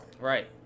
Right